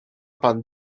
pan